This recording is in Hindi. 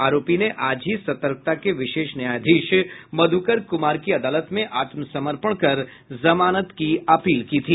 आरोपी ने आज ही सतर्कता के विशेष न्यायाधीश मधुकर कुमार की अदालत में आत्मसमर्पंण कर जमानत की अपील की थी